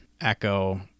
Echo